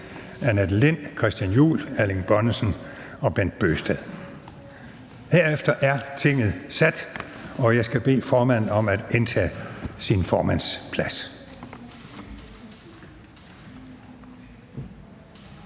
Annette Lind (S), Christian Juhl (EL), Erling Bonnesen (V) og Bent Bøgsted (DF). Herefter er Tinget sat, og jeg skal bede formanden om at indtage sin formandsplads.